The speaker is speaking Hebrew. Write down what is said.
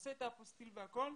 עושה את האפוסטיל והכול.